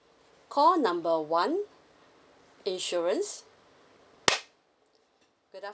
call number one insurance good